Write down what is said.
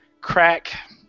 crack